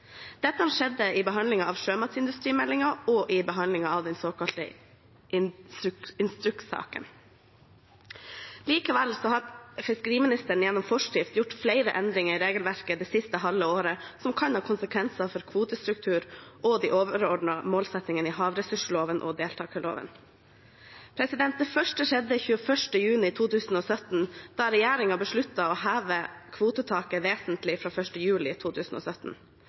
Dette skjedde i behandlingen av sjømatindustrimeldingen og i behandlingen av den såkalte instrukssaken. Likevel har fiskeriministeren det siste halve året gjennom forskrift gjort flere endringer i regelverket som kan ha konsekvenser for kvotestruktur og de overordnede målsettingene i havressursloven og deltakerloven. Det første skjedde 21. juni 2017, da regjeringen besluttet å heve kvotetaket vesentlig fra 1. juli 2017.